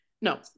no